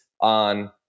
on